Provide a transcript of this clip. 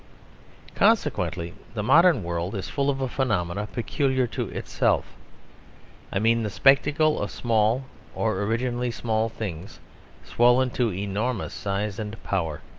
consequently the modern world is full of a phenomenon peculiar to itself i mean the spectacle of small or originally small things swollen to enormous size and power.